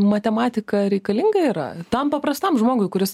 matematika reikalinga yra tam paprastam žmogui kuris